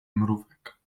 mrówek